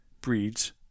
breeds